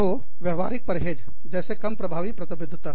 तो व्यवहारिक परहेज जैसे कम प्रभावी प्रतिबद्धता